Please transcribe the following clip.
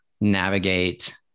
navigate